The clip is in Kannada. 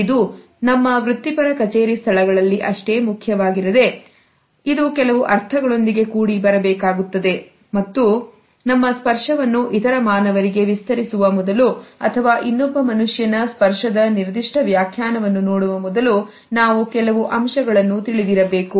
ಇದು ನಮ್ಮ ವೃತ್ತಿಪರ ಕಚೇರಿ ಸ್ಥಳಗಳಲ್ಲಿ ಅಷ್ಟೇ ಮುಖ್ಯವಾಗಿದೆ ಆದರೆ ಇದು ಕೆಲವು ಅರ್ಥಗಳೊಂದಿಗೆ ಕೂಡಿ ಬರಬೇಕಾಗುತ್ತದೆ ಮತ್ತು ನಮ್ಮ ಸ್ಪರ್ಶವನ್ನು ಇತರ ಮಾನವರಿಗೆ ವಿಸ್ತರಿಸುವ ಮೊದಲು ಅಥವಾ ಇನ್ನೊಬ್ಬ ಮನುಷ್ಯನ ಸ್ಪರ್ಶದ ನಿರ್ದಿಷ್ಟ ವ್ಯಾಖ್ಯಾನವನ್ನು ನೋಡುವ ಮೊದಲು ನಾವು ಕೆಲವು ಅಂಶಗಳನ್ನು ತಿಳಿದಿರಬೇಕು